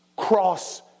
cross